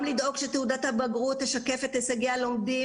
גם לדאוג שתעודת הבגרות תשקף את הישגי הלומדים